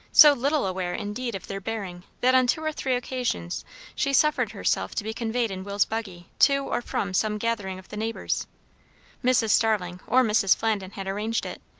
so little aware, indeed, of their bearing, that on two or three occasions she suffered herself to be conveyed in will's buggy to or from some gathering of the neighbours mrs. starling or mrs. flandin had arranged it,